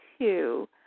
two